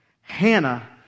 Hannah